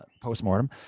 post-mortem